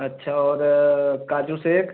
अच्छा और काजू सेक